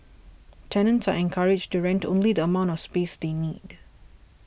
tenants are encouraged to rent only the amount of space they need